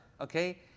Okay